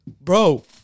Bro